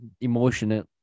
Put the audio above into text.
emotional